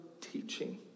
teaching